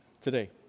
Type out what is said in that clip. today